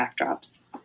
backdrops